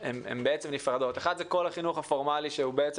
אחת זה כל החינוך הפורמלי שהוא תוך ספרי.